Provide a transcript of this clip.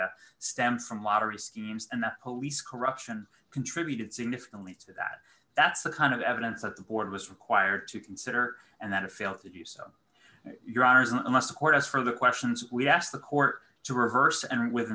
a stems from lottery schemes and the police corruption contributed significantly to that that's the kind of evidence that the board was required to consider and that it failed to do so your arsenal must support us from the questions we asked the court to reverse and with